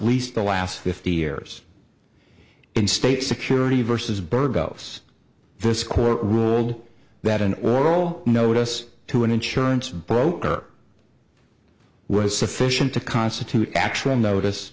least the last fifty years in state security versus burgos this court ruled that an oral notice to an insurance broker was sufficient to constitute actual notice